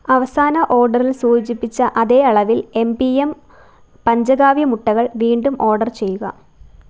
അവസാന ഓർഡറിൽ സൂചിപ്പിച്ച അതേ അളവിൽ എം പി എം പഞ്ചകാവ്യ മുട്ടകൾ വീണ്ടും ഓർഡർ ചെയ്യുക